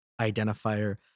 identifier